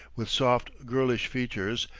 with soft, girlish features,